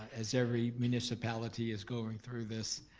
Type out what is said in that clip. as every municipality is going through this